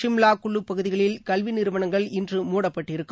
சிம்லா குல்லு பகுதிகளின் கல்வி நிறுவனங்கள் இன்று மூடப்பட்டிருக்கும்